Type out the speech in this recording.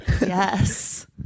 Yes